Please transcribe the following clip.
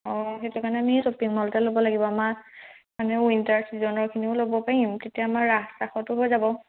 অঁ সেইটো কাৰণে আমি শ্বপিং মলতে ল'ব লাগিব আমাৰ মানে উইণ্টাৰ ছিজনৰখিনিও ল'ব পাৰিম তেতিয়া আমাৰ ৰাস চাসতো হৈ যাব